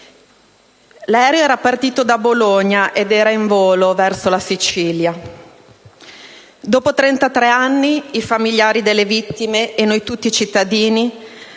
L'aereo era partito da Bologna ed era in volo verso la Sicilia. Dopo 33 anni i familiari delle vittime e noi tutti cittadini